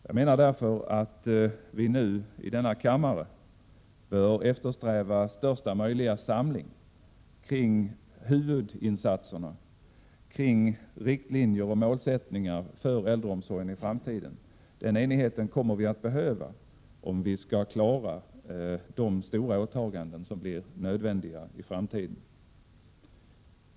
Jag menar därför att vi nu i denna kammare bör eftersträva största möjliga samling kring huvudinsatserna, kring riktlinjer och målsättningar för äldreomsorgen i framtiden. Den enigheten kommer vi att behöva om vi skall klara de stora åtaganden som blir nödvändiga i framtiden.